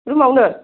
room